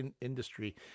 industry